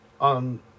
on